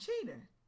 cheater